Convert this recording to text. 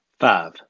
Five